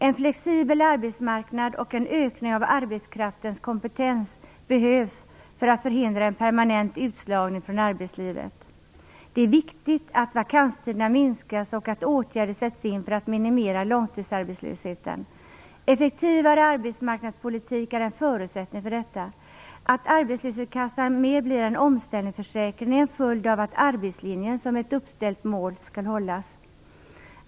En flexibel arbetsmarknad och en ökning av arbetskraftens kompetens behövs för att förhindra en permanent utslagning från arbetslivet. Det är viktigt att vakanstiderna minskas och att åtgärder sätts in för att minimera långtidsarbetslösheten. Effektivare arbetsmarknadspolitik är en förutsättning för detta. Att arbetslöshetsförsäkringen mer blir en omställningsförsäkring är en följd av att arbetslinjen som ett uppställt mål skall hållas.